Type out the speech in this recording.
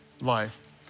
life